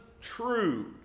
true